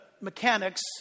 mechanics